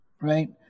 right